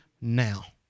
now